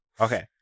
Okay